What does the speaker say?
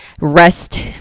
rest